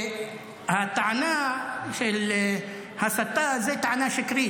והטענה של הסתה היא טענה שקרית,